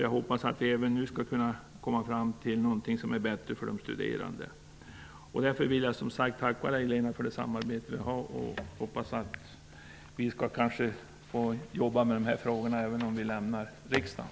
Jag hoppas att vi även nu skall komma fram till något som innebär en förbättring för de studerande. Jag vill tacka Lena Öhrsvik för samarbetet och hoppas att vi får tillfälle att arbeta tillsammans med dessa frågor, även om vi nu lämnar riksdagen.